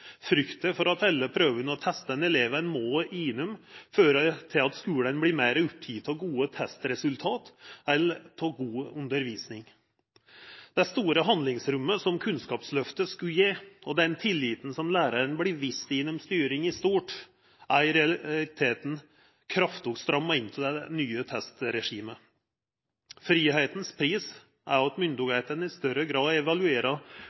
frykta for at alle prøvene og testane elevane må gjennom, fører til at skulane vert meir opptekne av gode testresultat enn av god undervisning. Det store handlingsrommet som Kunnskapsløftet skulle gje, og den tilliten som læraren vert vist gjennom styring i stort, er i realiteten kraftig stramma inn av det nye testregimet. Fridomens pris er at myndigheitene i større grad evaluerer